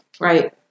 Right